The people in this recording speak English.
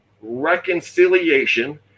reconciliation